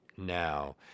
now